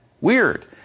Weird